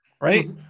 right